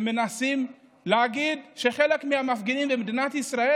שמנסים להגיד שלחלק מהמפגינים במדינת ישראל,